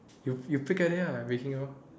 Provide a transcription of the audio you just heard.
you you pick at it ah breaking out